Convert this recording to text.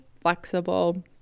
flexible